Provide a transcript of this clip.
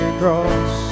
cross